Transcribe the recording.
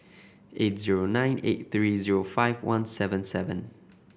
eight zero nine eight three zero five one seven seven